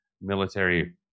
military